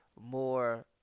more